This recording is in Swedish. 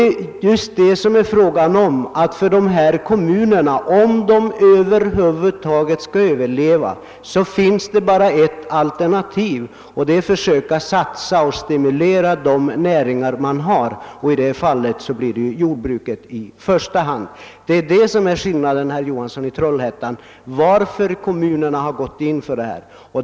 För dessa kommuner finns det bara ett alternativ — om man över huvud taget skall kunna överleva — och det är att satsa på och stimulera de näringar man har, d.v.s. i första hand jordbruket. Det är anledningen, herr Johansson i Trollhättan, till att kommunerna vidtagit dessa åtgärder.